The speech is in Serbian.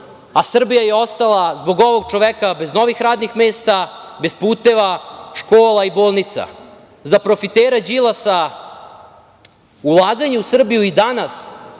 a Srbija je ostala zbog ovog čoveka bez novih radnih mesta, bez puteva, škola i bolnica. Za profitera Đilasa ulaganje u Srbiju i danas